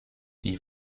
die